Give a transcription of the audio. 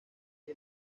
que